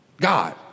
God